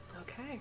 Okay